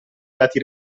dati